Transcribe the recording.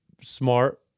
smart